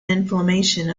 inflammation